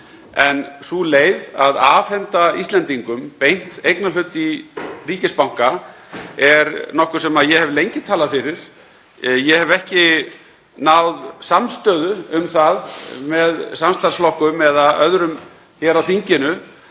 En sú leið að afhenda Íslendingum beint eignarhlut í ríkisbanka er nokkuð sem ég hef lengi talað fyrir. Ég hef ekki náð samstöðu um það með samstarfsflokkum eða öðrum hér á þinginu